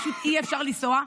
פשוט אי-אפשר לנסוע.